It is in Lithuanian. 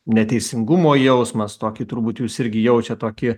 neteisingumo jausmas tokį turbūt jūs irgi jaučiat tokį